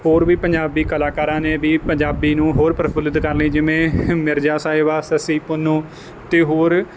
ਹੋਰ ਵੀ ਪੰਜਾਬ ਕਲਾਕਾਰਾਂ ਨੇ ਵੀ ਪੰਜਾਬੀ ਨੂੰ ਹੋਰ ਪ੍ਰਫੁੱਲਿਤ ਕਰਨ ਲਈ ਜਿਵੇਂ ਮਿਰਜ਼ਾ ਸਾਹਿਬਾ ਸਸੀਂ ਪੁੰਨੂ ਅਤੇ ਹੋਰ